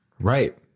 Right